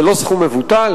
זה לא סכום מבוטל,